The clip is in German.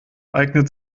eignet